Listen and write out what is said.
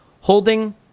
Holding